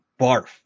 barf